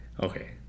Okay